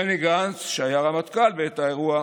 בני גנץ, שהיה רמטכ"ל בעת האירוע,